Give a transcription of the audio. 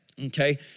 Okay